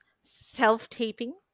self-taping